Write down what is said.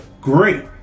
great